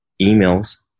emails